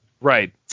Right